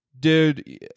Dude